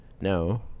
No